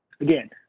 again